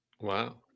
Wow